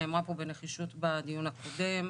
שנאמרה פה בנחישות בדיון הקודם,